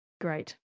great